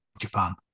Japan